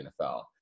nfl